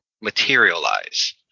materialize